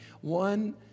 one